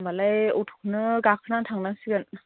होमबालाय अट'खौनो गाखोनानै थांनांसिगोन